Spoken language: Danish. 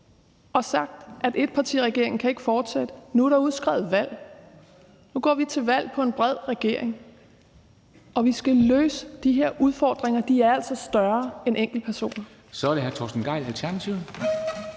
og sagt, at etpartiregeringen ikke kan fortsætte. Nu er der udskrevet valg. Nu går vi til valg på en bred regering, og vi skal løse de her udfordringer, som altså er større end enkeltpersoner. Kl. 13:18 Formanden (Henrik